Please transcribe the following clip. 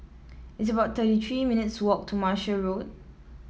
it's about thirty three minutes' walk to Martia Road